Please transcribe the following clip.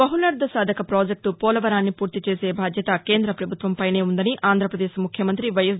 బహుళార్దసాధక project పోలవరాన్ని పూర్తి చేసే బాధ్యత కేంద్ర ప్రభుత్వంపైనే ఉందని ఆంధ్రప్రదేశ్ ముఖ్యమంత్రి వైఎస్